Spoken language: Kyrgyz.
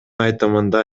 айтымында